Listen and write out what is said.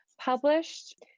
published